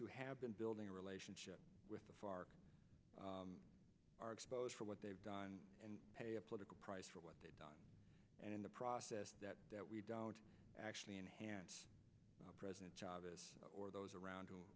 who have been building a relationship with the far are exposed for what they've done and pay a political price for what they've done and in the process that we don't actually enhance president chavez or those around